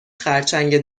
خرچنگ